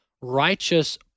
righteous